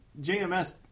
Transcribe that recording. JMS